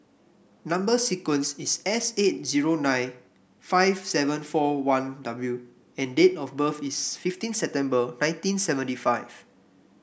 number sequence is S eight zero nine five seven four one W and date of birth is fifteen September nineteen seventy five